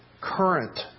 current